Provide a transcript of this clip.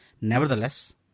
Nevertheless